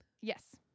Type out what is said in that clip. Yes